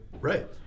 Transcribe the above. Right